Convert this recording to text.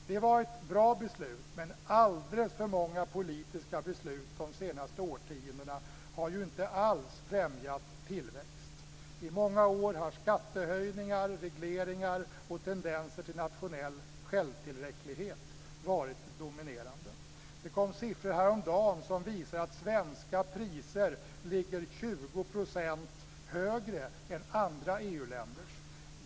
Det var ett bra beslut, men alldeles för många politiska beslut de senaste årtiondena har inte alls främjat tillväxt. I många år har skattehöjningar, regleringar och tendenser till nationell självtillräcklighet varit det dominerande. Det kom häromdagen siffror som visar att svenska priser ligger 20 % högre än andra EU-länders.